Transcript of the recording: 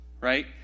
Right